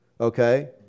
okay